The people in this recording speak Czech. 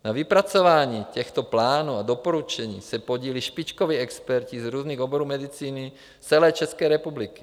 Na vypracování těchto plánů a doporučení se podíleli špičkoví experti z různých oborů medicíny z celé České republiky.